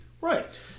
Right